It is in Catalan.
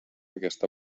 aquesta